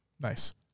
Nice